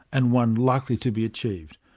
and one likely to be achieved.